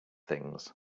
things